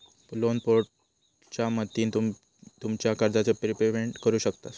loan पोर्टलच्या मदतीन तुम्ही तुमच्या कर्जाचा प्रिपेमेंट करु शकतास